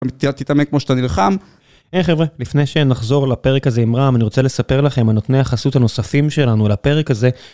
תמיד תתאמן כמו שאתה נלחם. היי חברה, לפני שנחזור לפרק הזה עם רם, אני רוצה לספר לכם, על נותני החסות הנוספים שלנו לפרק הזה.